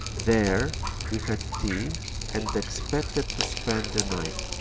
there we had tea and expected to spend the night,